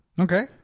Okay